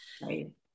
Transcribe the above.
Right